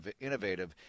innovative